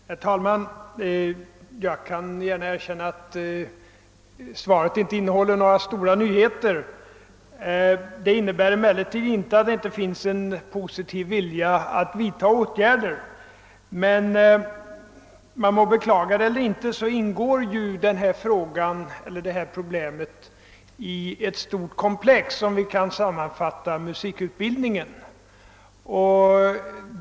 Herr talman! Jag vill gärna erkänna att svaret inte innehåller några stora nyheter. Det innebär emellertid inte att det inte finns en positiv vilja att vidta åtgärder. Man må beklaga det eller ej, men detta problem ingår i ett stort komplex, musikutbildningen.